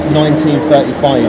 1935